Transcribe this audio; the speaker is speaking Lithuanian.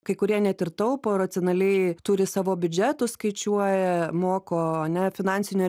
kai kurie net ir taupo racionaliai turi savo biudžetus skaičiuoja moko ane finansinio